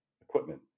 equipment